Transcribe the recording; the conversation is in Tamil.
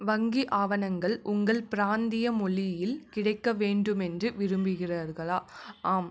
வங்கி ஆவணங்கள் உங்கள் பிராந்திய மொழியில் கிடைக்க வேண்டுமென்று விரும்புகிறார்களா ஆம்